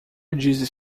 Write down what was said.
disse